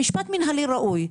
במשפט מנהלי ראוי,